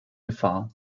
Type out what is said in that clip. gefahr